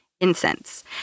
incense